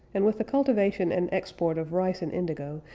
and with the cultivation and export of rice and indigo,